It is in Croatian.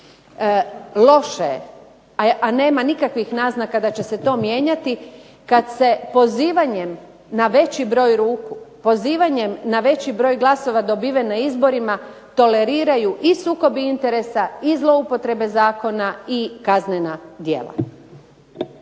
Loše je, a nema nikakvih naznaka da će se to mijenjati, kad se pozivanjem na veći broj ruku, pozivanjem na veći broj glasova dobiven na izborima toleriraju i sukobi interesa i zloupotrebe zakona i kaznena djela.